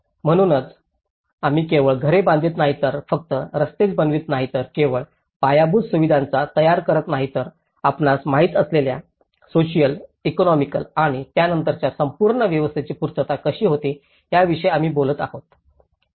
म्हणूनच आम्ही केवळ घरे बांधत नाही तर फक्त रस्तेच बनवित नाही तर केवळ पायाभूत सुविधाच तयार करत नाही तर आपणास माहित असलेल्या सोसिअल इकॉनॉमिक आणि त्यानंतरच्या संपूर्ण व्यवस्थेची पूर्तता कशी होते याविषयी आम्ही बोलत आहोत